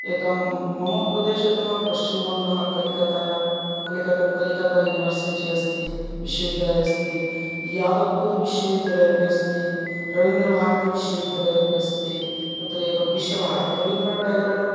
एकं मम प्रदेशतः पश्चिमबङ्गः कलिकत्ताय कलिकतां कलिकता यूनिवेर्सिटी अस्ति विश्वविद्यालयः अस्ति यादव्पूर् विश्वविद्यालयः अपि अस्ति रविन्द्रभारति विश्वविद्यालयः अपि अस्ति तत्र एकं विश्वभारति रवीन्द्रनाथ् टेगोर् न